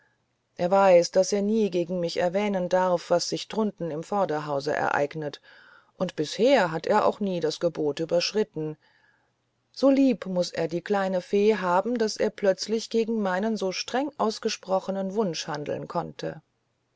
er weiß daß er nie gegen mich erwähnen darf was sich drunten im vorderhause ereignet und bisher hat er auch nie das gebot überschritten wie lieb muß er die kleine fee haben daß er plötzlich gegen meinen so streng ausgesprochenen wunsch handeln konnte